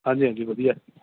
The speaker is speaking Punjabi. ਹਾਂਜੀ ਹਾਂਜੀ ਵਧੀਆ